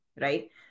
right